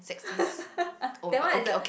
that one is a